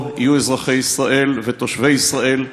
פה יהיו אזרחי ישראל ותושבי ישראל,